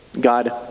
God